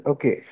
Okay